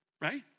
Right